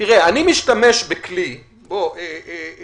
ד"ר